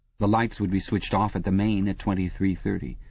the lights would be switched off at the main at twenty-three thirty.